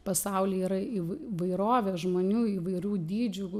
pasauly yra įvairovė žmonių įvairių dydžių